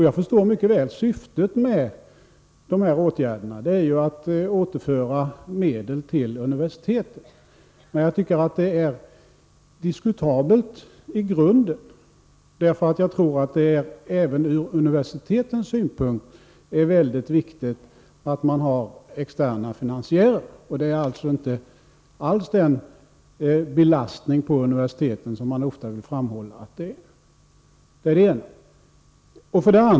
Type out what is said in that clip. Jag förstår mycket väl syftet med dessa åtgärder, nämligen att återföra medel till universitetet, men jag tycker att det i grunden är diskutabelt. Jag tror nämligen att det även ur universitetens synpunkt är mycket viktigt att man har externa finansiärer. Det är således inte alls fråga om någon belastning för universiteten, vilket man ofta vill framhålla.